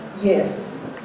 yes